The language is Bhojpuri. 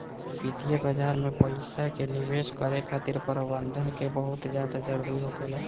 वित्तीय बाजार में पइसा के निवेश करे खातिर प्रबंधन के बहुत ज्यादा जरूरी होखेला